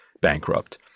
bankrupt